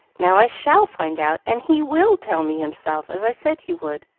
now i shall find out, and he will tell me himself, as i said he would.